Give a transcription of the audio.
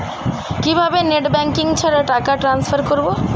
কিভাবে net banking ছাড়া টাকা টান্সফার করব?